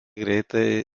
greitai